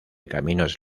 caminos